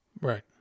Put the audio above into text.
right